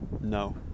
no